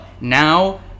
now